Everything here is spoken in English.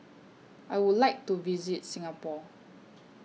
I Would like to visit Singapore